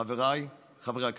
חבריי חברי הכנסת,